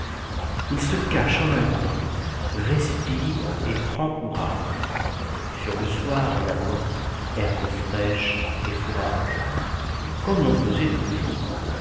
il se cache en un coin respire et prend courage sur le soir on apporte herbe fraîche et fourrage comme l'on faisait tous les jours